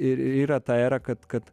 ir ir yra ta era kad kad